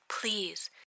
please